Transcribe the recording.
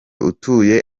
utuye